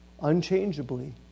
unchangeably